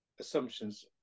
assumptions